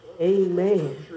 amen